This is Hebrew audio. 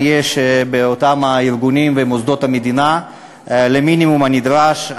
יש באותם הארגונים ובמוסדות המדינה למינימום הנדרש.